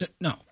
No